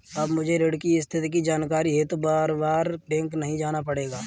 अब मुझे ऋण की स्थिति की जानकारी हेतु बारबार बैंक नहीं जाना पड़ेगा